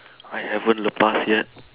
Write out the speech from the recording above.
I haven't lepas yet